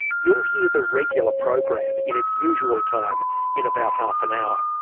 you'll hear the regular program in its usual time in about half an hour.